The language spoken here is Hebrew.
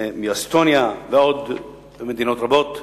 מאסטוניה ומעוד מדינות רבות.